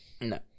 No